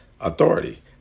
authority